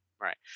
Right